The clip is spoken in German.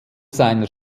seiner